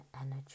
energy